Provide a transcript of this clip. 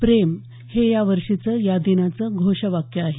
प्रेम हे या वर्षीचं या दिनाचं घोषवाक्य आहे